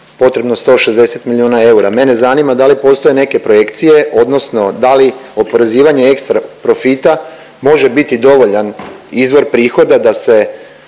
potrebno 160 milijuna eura, mene zanima da li postoje neke projekcije odnosno da li oporezivanje ekstra profita može biti dovoljan izvor prihoda da se